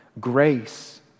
grace